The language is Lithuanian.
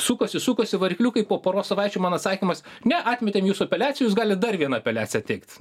sukasi sukasi varikliukai po poros savaičių man atsakymas ne atmetėm jūsų apeliaciją jūs galit dar vieną apeliaciją teikt